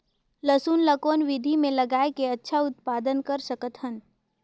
लसुन ल कौन विधि मे लगाय के अच्छा उत्पादन कर सकत हन?